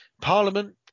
Parliament